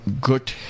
good